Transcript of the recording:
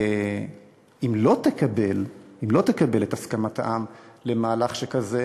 אם לא תקבל את הסכמת העם למהלך שכזה,